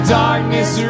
darkness